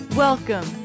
Welcome